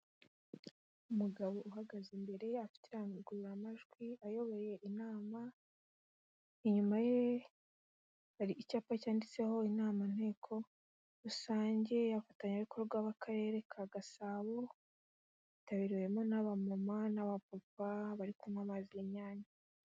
Umugabo uhagaze imbere afite indangururamajwi ayoboye inama, inyuma ye hari icyapa cyanditseho inama nteko rusange, abafatanyabikorwa b'akarere ka Gasabo yitabiriwemo n'aba mama n'aba papa bari kunywa amazi y'inyange.